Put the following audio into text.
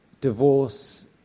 divorce